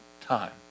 time